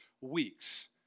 weeks